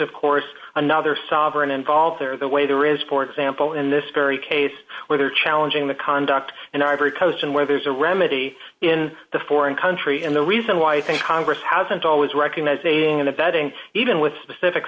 of course another sovereign involves or the way there is for example in this very case where they're challenging the conduct and ivory coast and where there's a remedy in the foreign country and the reason why i think congress hasn't always recognizing and abetting even with specific